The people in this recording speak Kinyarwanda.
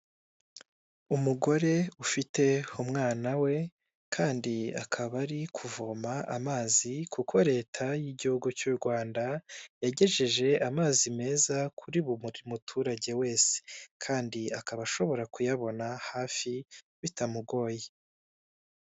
Umugore ufite umwana we kandi akaba ari kuvoma amazi kuko Leta y'igihugu cy'u Rwanda yagejeje amazi meza kuri buri muturage wese, kandi akaba ashobora kuyabona hafi bitamugoye.